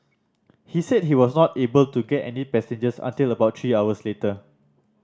he said he was not able to get any passengers until about three hours later